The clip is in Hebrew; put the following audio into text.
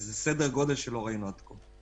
זה סדר גודל שלא ראינו עד כה.